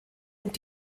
und